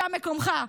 שם מקומך.